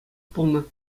пулнӑ